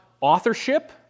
authorship